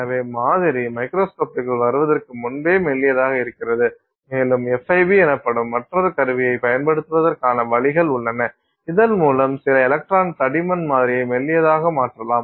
எனவே மாதிரி மைக்ரோஸ்கோபிக்குள் வருவதற்கு முன்பே மெல்லியதாக இருக்கிறது மேலும் FIB எனப்படும் மற்றொரு கருவியைப் பயன்படுத்துவதற்கான வழிகள் உள்ளன இதன் மூலம் சில எலக்ட்ரான் தடிமன் மாதிரியை மெல்லியதாக மாற்றலாம்